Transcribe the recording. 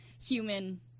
human